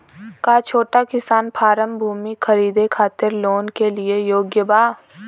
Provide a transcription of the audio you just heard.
का छोटा किसान फारम भूमि खरीदे खातिर लोन के लिए योग्य बा?